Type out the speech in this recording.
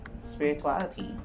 spirituality